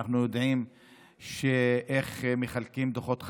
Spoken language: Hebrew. ואנחנו יודעים איך מחלקים דוחות חניה.